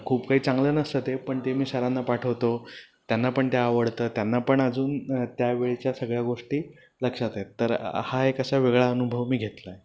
खूप काही चांगलं नसतं ते पण ते मी सरांना पाठवतो त्यांना पण ते आवडतं त्यांना पण अजून त्यावेळच्या सगळ्या गोष्टी लक्षात आहेत तर हा एक असा वेगळा अनुभव मी घेतला आहे